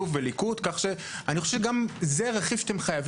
מדובר באלפי משלוחים ביום.